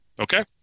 okay